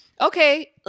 Okay